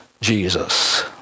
Jesus